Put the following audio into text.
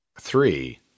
three